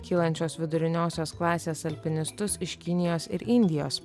kylančios viduriniosios klasės alpinistus iš kinijos ir indijos